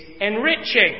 enriching